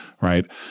Right